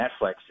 Netflix